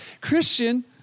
Christian